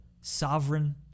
sovereign